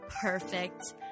Perfect